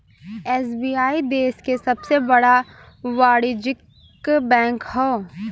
SBI देश क सबसे बड़ा वाणिज्यिक बैंक हौ